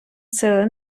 сили